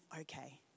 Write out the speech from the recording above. okay